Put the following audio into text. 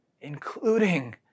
including